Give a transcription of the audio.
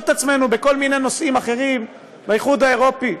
את עצמנו בכל מיני נושאים אחרים לאיחוד האירופי,